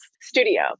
studio